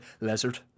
lizard